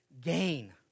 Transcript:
gain